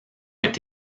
est